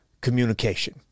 communication